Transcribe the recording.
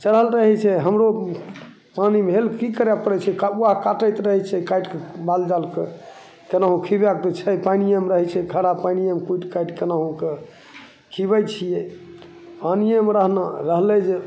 चढ़ल रहै छै हमरो पानीमे हेलिके कि करै पड़ै छै काबुआ काटैत रहै छै काटिके मालजालके कोनाहुके खिएबैके तऽ छै पानिएमे रहै छै खड़ा पानिएमे कुटि काटि कोनाहुके खिएबै छिए पानिएमे रहना रहलै जे